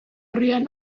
rian